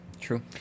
True